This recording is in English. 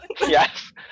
yes